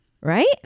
right